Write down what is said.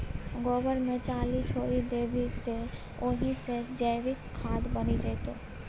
गोबर मे चाली छोरि देबही तए ओहि सँ जैविक खाद बनि जेतौ